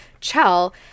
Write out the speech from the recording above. Chell